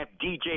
DJ